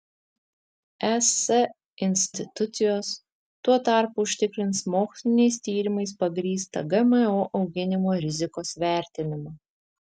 es institucijos tuo tarpu užtikrins moksliniais tyrimais pagrįstą gmo auginimo rizikos vertinimą